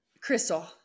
Crystal